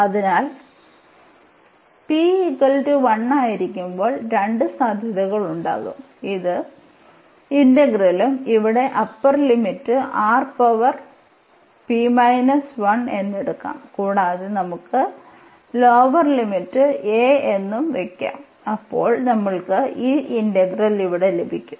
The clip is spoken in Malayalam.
അതിനാൽ p 1 ആയിരിക്കുമ്പോൾ രണ്ട് സാധ്യതകൾ ഉണ്ടാകും ഇത് ഇന്റഗ്രലും ഇവിടെ upper limit R power p 1 എന്ന് എടുക്കാം കൂടാതെ നമുക്ക് ലോവർ ലിമിറ്റ് a എന്ന് വയ്ക്കാം അപ്പോൾ നമ്മൾക്ക് ഈ ഇന്റഗ്രൽ ഇവിടെ ലഭിക്കും